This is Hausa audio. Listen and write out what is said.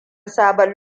sabon